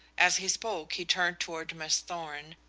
as he spoke he turned toward miss thorn,